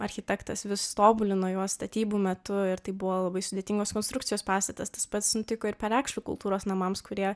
architektas vis tobulino juos statybų metu ir tai buvo labai sudėtingos konstrukcijos pastatas tas pats nutiko ir perekšlių kultūros namams kurie